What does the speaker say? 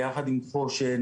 ביחד עם חושן,